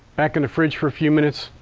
back in the fridge for a few minutes,